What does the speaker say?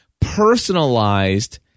personalized